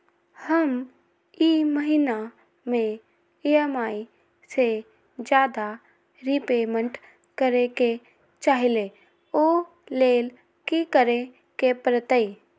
हम ई महिना में ई.एम.आई से ज्यादा रीपेमेंट करे के चाहईले ओ लेल की करे के परतई?